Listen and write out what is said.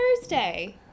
Thursday